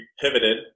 pivoted